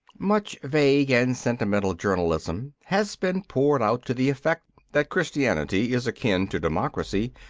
much vague and sentimental journalism has been poured out to the effect that christianity is akin to democracy,